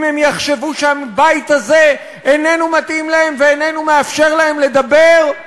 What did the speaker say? אם הם יחשבו שהבית הזה איננו מתאים להם ואיננו מאפשר להם לדבר,